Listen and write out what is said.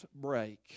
break